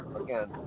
again